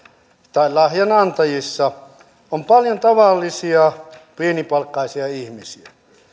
tai lahjan antajissa on paljon tavallisia pienipalkkaisia ihmisiä